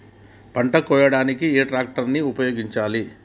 పంట కోయడానికి ఏ ట్రాక్టర్ ని ఉపయోగించాలి?